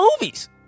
movies